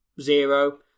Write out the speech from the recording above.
zero